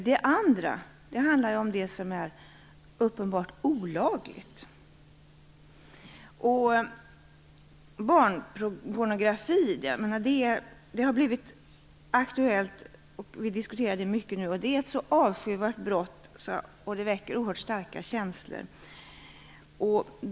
Det andra handlar om det som är uppenbart olagligt. Barnpornografi är nu aktuellt och diskuteras mycket. Det är ett avskyvärt brott som väcker starka känslor.